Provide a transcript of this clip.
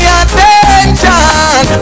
attention